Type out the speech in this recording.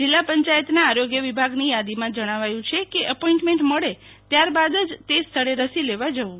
જિલ્લા પંચાયતના આરોગ્ય વિભાગની યાદીમાં જણાવાયું છે કે એપોઇન્ટમેન્ટ મળે ત્યાર બાદ જ તે સ્થળે રસી લેવા જવું